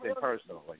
personally